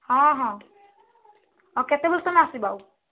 ହଁ ହଁ ହଁ କେତେ ତମେ ଆସିବ ଆଉ